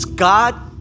God